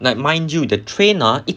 now mind you the train ah 一